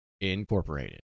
Incorporated